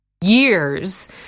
years